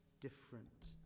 different